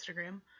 Instagram